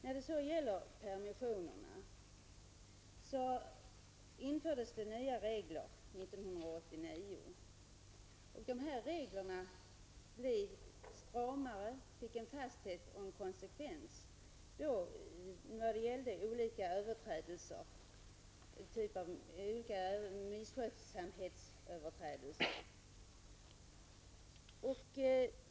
När det så gäller permissioner infördes nya regler 1989. Reglerna blev stramare och fick en fasthet och konsekvens när det gäller olika överträdelser, som misskötsamhet.